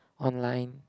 online